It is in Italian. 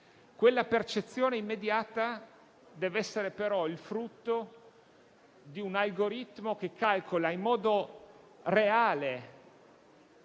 quella percezione immediata deve essere il frutto di un algoritmo che calcola, in modo reale,